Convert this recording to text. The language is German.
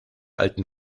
alten